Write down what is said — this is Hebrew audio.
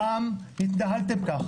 פעם התנהלתם כך.